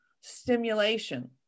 stimulation